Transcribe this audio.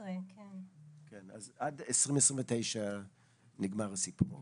אז עד 2029 נגמר הסיפור,